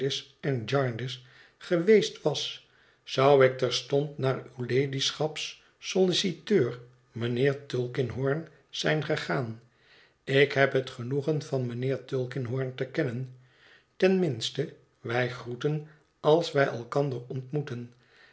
en jarndyce geweest was zou ik terstond naar uw ladyschaps solliciteur mijnheer tulkinghorn zijn gegaan ik heb het genoegen van mijnheer tulkinghorn te kennen ten minste wij groeten als wij elkander ontmoeten